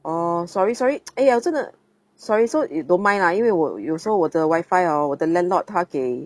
oh sorry sorry !aiya! 真的 sorry so you don't mind lah 因为我有时候我的 WiFi hor 我的 landlord 他给